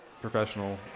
professional